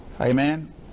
Amen